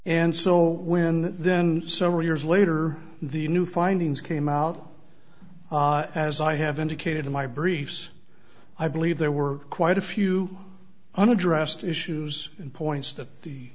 and so when then several years later the new findings came out as i have indicated in my briefs i believe there were quite a few unaddressed issues and points that the